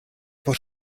por